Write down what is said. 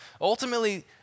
ultimately